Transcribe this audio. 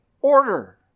order